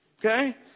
Okay